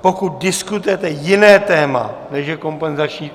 Pokud diskutujete jiné téma, než je kompenzační